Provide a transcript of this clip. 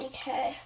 Okay